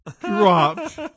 dropped